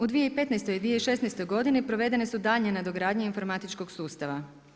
U 2015. i 2016. godini provedene su daljnje nadogradnje informatičkog sustava.